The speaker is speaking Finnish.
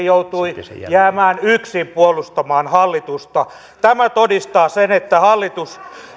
joutui jäämään yksin puolustamaan hallitusta tämä todistaa sen että hallitus